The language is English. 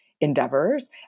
endeavors